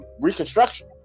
Reconstruction